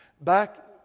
Back